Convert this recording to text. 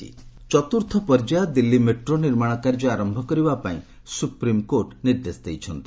SC metro ଚତୁର୍ଥ ପର୍ଯ୍ୟାୟ Delhi metro ନିର୍ମାଣ କାର୍ଯ୍ୟ ଆରମ୍ଭ କରିବା ପାଇଁ ସୁପ୍ରିମ୍କୋର୍ଟ ନିର୍ଦ୍ଦେଶ ଦେଇଛନ୍ତି